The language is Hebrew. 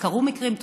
וקרו מקרים,